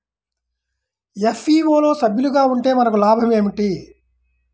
FPO లో సభ్యులుగా ఉంటే మనకు లాభం ఏమిటి?